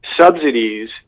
subsidies